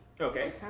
Okay